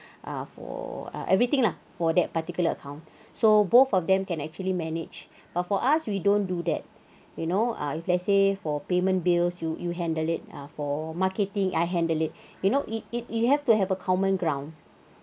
ah for everything lah for that particular account so both of them can actually manage but for us we don't do that you know ah if let's say for payment bills you you handle it ah for market thing I handle it you know it it you have to have a common ground